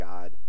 God